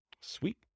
Sweet